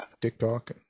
TikTok